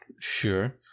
sure